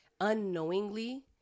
unknowingly